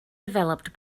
developed